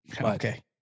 Okay